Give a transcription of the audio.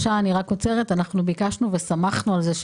ביקשנו וסמכנו על זה,